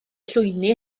llwyni